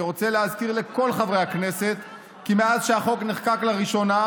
אני רוצה להזכיר לכל חברי הכנסת כי מאז שהחוק נחקק לראשונה